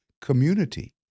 community